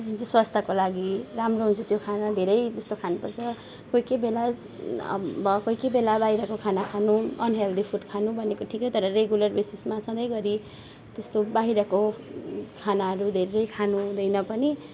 जुन चाहिँ स्वास्थ्यको लागि राम्रो हुन्छ त्यो खाना धेरै जस्तो खानु पर्छ कोही कोही बेला कोही कोही बेला बाहिरको खाना खानु अनहेल्दि फुड खानु भनेको ठिकै हो तर रेगुलर बेसिसमा सधैँभरि त्यस्तो बाहिरको खानाहरू धेरै खानु हुँदैन पनि